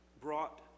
brought